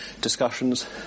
discussions